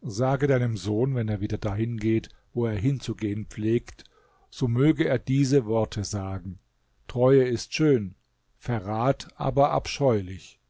sage deinem sohn wenn er wieder dahin geht wo er hinzugehen pflegt so möge er diese worte sagen treue ist schön verrat aber abscheulich